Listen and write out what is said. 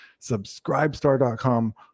Subscribestar.com